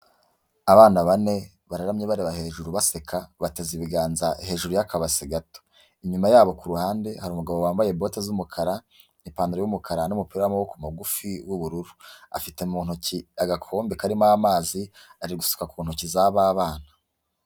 Abana bane bararamye bareba hejuru baseka bateze ibiganza hejuru y'akabase gato inyuma yabo kuruhande hari umugabo wambaye bote z'umukara ipantaro y'umukara n'umupira w'amaboko magufi w'ubururu afite mu ntoki agakombe karimo amazi ari gusuka ku ntoki za ba bana.